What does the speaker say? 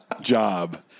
job